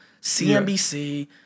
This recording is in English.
CNBC